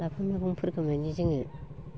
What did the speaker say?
लाफा मैगंफोरखौ मानि जोङो